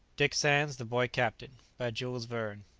dick sands the boy captain. by jules verne.